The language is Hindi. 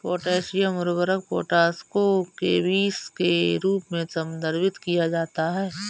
पोटेशियम उर्वरक पोटाश को केबीस के रूप में संदर्भित किया जाता है